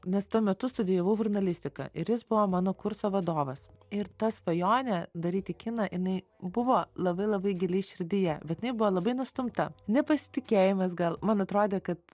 nes tuo metu studijavau žurnalistiką ir jis buvo mano kurso vadovas ir ta svajonė daryti kiną jinai buvo labai labai giliai širdyje bet jinai buvo labai nustumta nepasitikėjimas gal man atrodė kad